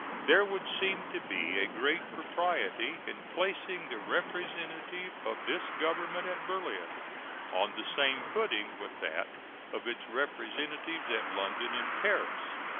there would seem to be a great propriety in placing the representative of this government at berlin on the same footing with that of its representatives at london and paris.